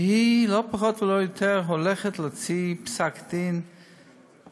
והיא לא פחות ולא יותר הולכת להוציא פסק דין מהפכני,